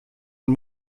und